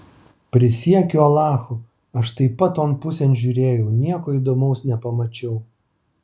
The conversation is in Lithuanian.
prisiekiu alachu aš taip pat ton pusėn žiūrėjau nieko įdomaus nepamačiau